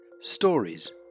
stories